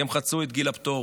כי הם חצו את גיל הפטור